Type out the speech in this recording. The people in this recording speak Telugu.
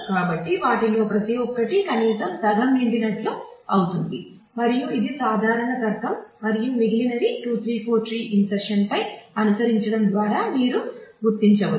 కాబట్టి వాటిలో ప్రతి ఒక్కటి కనీసం సగం నిండినట్లు అవుతుంది మరియు ఇది సాధారణ తర్కం మరియు మిగిలినవి 2 3 4 ట్రీ ఇంసెర్షన్ పై అనుసరించడం ద్వారా మీరు గుర్తించవచ్చు